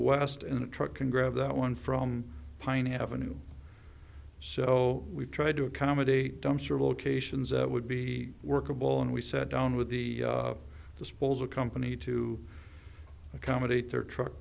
west in a truck can grab that one from pine avenue so we try to accommodate dumpster locations that would be workable and we set down with the disposal company to accommodate their truck